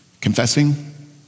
Confessing